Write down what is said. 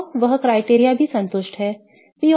तो वह criteria भी संतुष्ट है